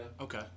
Okay